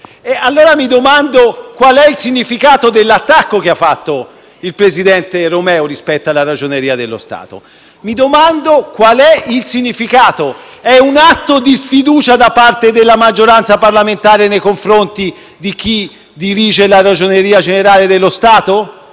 Allora mi domando quale sia il significato dell'attacco che ha fatto il presidente Romeo rispetto alla Ragioneria generale dello Stato: è un atto di sfiducia da parte della maggioranza parlamentare nei confronti di chi dirige la Ragioneria generale dello Stato?